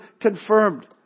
confirmed